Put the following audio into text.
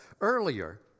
Earlier